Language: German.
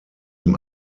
ihm